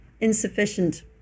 insufficient